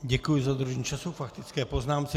Děkuji za dodržení času k faktické poznámce.